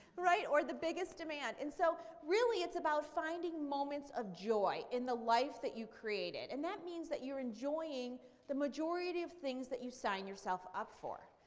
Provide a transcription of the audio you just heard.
right, or the biggest demand. and so really it's about finding moments of joy in the life that you've created. and that means that you're enjoying the majority of things that you sign yourself up for.